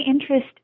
interest